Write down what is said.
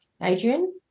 Adrian